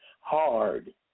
hard